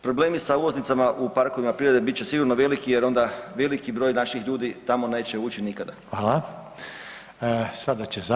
Problemi sa ulaznicama u parkovima prirode bit će sigurno veliki jer onda veliki broj naših ljudi tamo neće ući nikada.